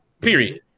Period